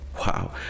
Wow